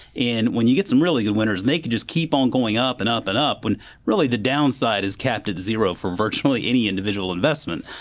and when you get some really good winners, they can just keep um going up and up and up when really the down side is capped at zero for virtually any individual investment.